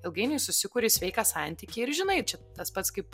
ilgainiui susikuri sveiką santykį ir žinai čia tas pats kaip